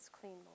clean